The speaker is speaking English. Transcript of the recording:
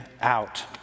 out